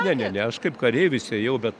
ne ne ne aš kaip kareivis ėjau bet